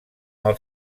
els